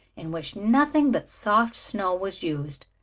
in which nothing but soft snow was used,